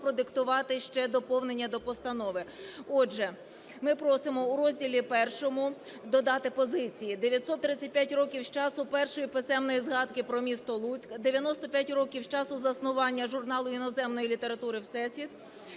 продиктувати ще доповнення до постанови. Отже, ми просимо у розділі І додати позиції: 935 років з часу першої писемної згадки про місто Луцьк; 95 років з часу заснування журналу іноземної літератури "Всесвіт";